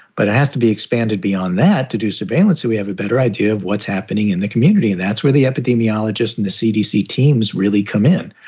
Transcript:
but it has to be expanded beyond that to do surveillance. so we have a better idea of what's happening in the community. that's where the epidemiologists and the cdc teams really come in.